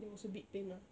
there was a bit pain lah